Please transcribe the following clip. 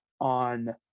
On